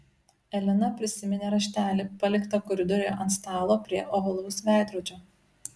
elena prisiminė raštelį paliktą koridoriuje ant stalo prie ovalaus veidrodžio